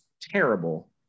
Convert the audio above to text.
terrible